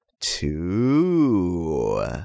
two